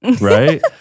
right